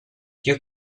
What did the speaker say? più